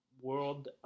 world